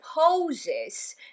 poses